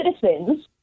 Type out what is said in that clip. citizens